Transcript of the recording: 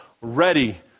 ready